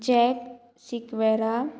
jack Sequeira